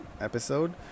episode